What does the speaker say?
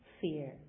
fear